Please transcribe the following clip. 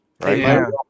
Right